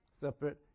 separate